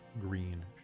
green